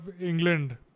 England